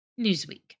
Newsweek